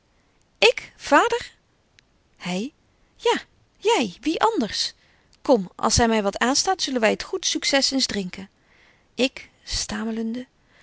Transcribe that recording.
vader hy ja jy wie anders kom als zy my wat aanstaat zullen wy het goed succes eens drinken ik